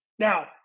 Now